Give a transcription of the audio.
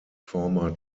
former